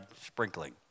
sprinkling